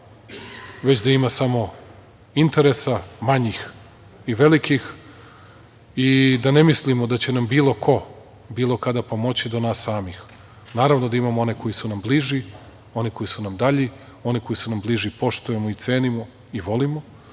već da ima samo interesa manjih i velikih i da ne mislimo da će nam bilo ko bilo kada pomoći do nas samih. Naravno da imamo one koji su nam bliži, one koji su nam dalji. One koji su nam bliži poštujemo, cenimo i volimo,